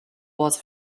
was